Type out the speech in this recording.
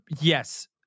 yes